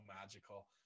magical